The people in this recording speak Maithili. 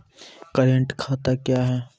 करेंट खाता क्या हैं?